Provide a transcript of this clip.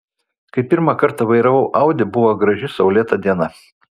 kai pirmą kartą vairavau audi buvo graži saulėta diena